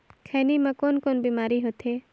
खैनी म कौन कौन बीमारी होथे?